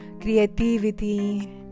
creativity